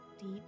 deep